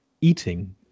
eating